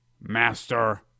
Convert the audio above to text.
master